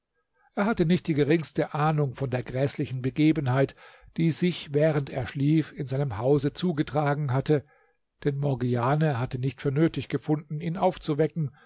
er hatte nicht die geringste ahnung von der gräßlichen begebenheit die sich während er schlief in seinem hause zugetragen hatte denn morgiane hatte nicht für nötig gefunden ihn aufzuwecken